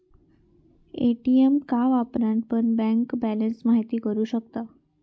ATM का वापरान पण बँक बॅलंस महिती करू शकतास